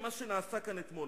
מעניין למה לא הוזכר הסכם אוסלו.